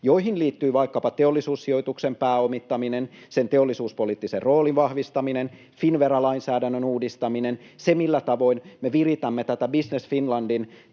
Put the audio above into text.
Niihin liittyvät vaikkapa Teollisuussijoituksen pääomittaminen, sen teollisuuspoliittisen roolin vahvistaminen, Finnvera-lainsäädännön uudistaminen, se, millä tavoin me viritämme tätä Business Finlandin,